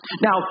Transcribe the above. Now